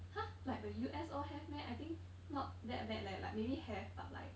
!huh! like the U_S all have meh I think not that bad leh like maybe have but like